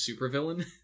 supervillain